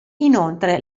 inoltre